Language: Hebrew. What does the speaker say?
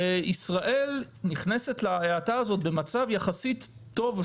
וישראל נכנסת להאטה הזו במצב יחסית טוב.